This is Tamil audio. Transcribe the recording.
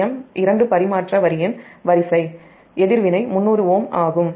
பூஜ்ஜியம் இரண்டு பரிமாற்ற வரியின் வரிசை எதிர்வினை 300Ω ஆகும்